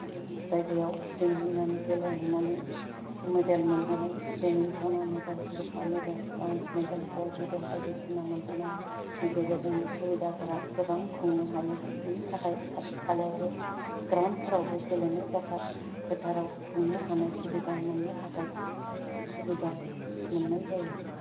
जायगायाव गेलेहैनानै गिदिंहैनानै मेडेल मोनबोनाय जेरै सना मेडेल रुपा medal bronze medal gold medal बायदिसिना मेनबोनायनि गेजेरजोंनो सुबिदाफ्रा गोबां खुंनो हायो बेनि थाखाय खाथि खालायाव बो ग्राउदफ्रावबो गेलेनो जाथा फोथाराव खुंनो हानाय सुबिदा मोन्नो थाखाय सुबिदा मोननाय जायो